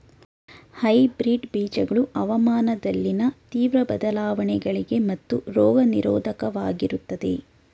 hybrid ಬೀಜಗಳು ಹವಾಮಾನದಲ್ಲಿನ ತೀವ್ರ ಬದಲಾವಣೆಗಳಿಗೆ ಮತ್ತು ರೋಗ ನಿರೋಧಕವಾಗಿರುತ್ತವೆ